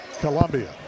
Columbia